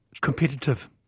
competitive